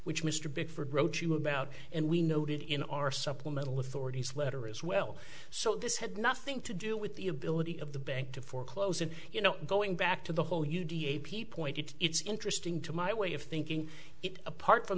which mr bickford wrote you about and we noted in our supplemental authorities letter as well so this had nothing to do with the ability of the bank to foreclose and you know going back to the whole you d a p point it's interesting to my way of thinking it apart from